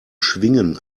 schwingen